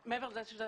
מעבר לזה שזאת